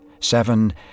Seven